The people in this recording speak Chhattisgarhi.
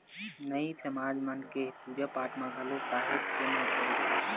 नाई समाज मन के पूजा पाठ म घलो काहेच के महत्ता रहिथे